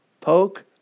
poke